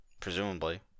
presumably